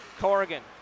Corrigan